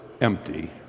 empty